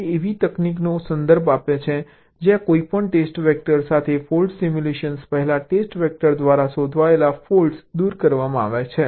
તે એવી તકનીકનો સંદર્ભ આપે છે જ્યાં કોઈપણ ટેસ્ટ વેક્ટર સાથે ફોલ્ટ સિમ્યુલેશન પહેલાં ટેસ્ટ વેક્ટર દ્વારા શોધાયેલ ફૉલ્ટ્સ દૂર કરવામાં આવે છે